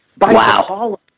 Wow